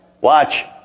watch